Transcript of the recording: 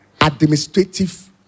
administrative